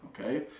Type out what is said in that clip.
okay